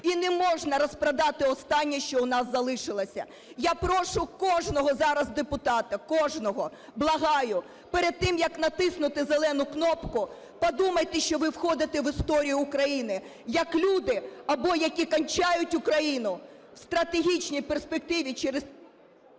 і не можна розпродати останнє, що у нас залишилося. Я прошу кожного зараз депутата, кожного, благаю, перед тим як натиснути зелену кнопку, подумайте, що ви входите в історію України як люди, або які кінчають Україну в стратегічній перспективі через…